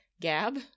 Gab